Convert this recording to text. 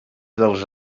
dels